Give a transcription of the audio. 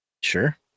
Sure